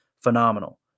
phenomenal